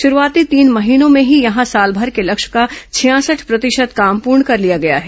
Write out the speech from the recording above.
शुरूआती तीन महीनों में ही यहां सालभर के लक्ष्य का छियासठ प्रतिशत काम पूर्ण कर लिया गया है